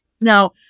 Now